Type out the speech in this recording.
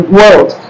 world